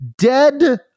dead